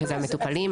והם: המטופלים,